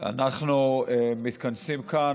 אנחנו מתכנסים כאן,